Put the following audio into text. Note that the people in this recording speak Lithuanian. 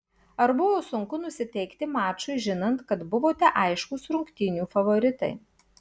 ar buvo sunku nusiteikti mačui žinant kad buvote aiškūs rungtynių favoritai